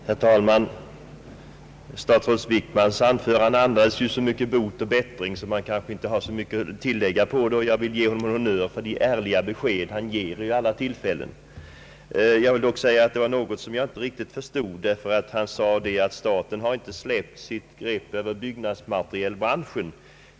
Herr talman! Statsrådet Wickmans anförande andades så mycken bot och bättring att det kanske inte finns mycket att tillägga. Jag vill ge honom en honnör för de ärliga besked han ger vid alla tillfällen i denna fråga. Jag vill dock säga att det var något som jag inte riktigt förstod. Han sade nämligen att staten har inte släppt sitt grepp över byggnadsmaterialbranschen.